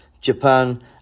Japan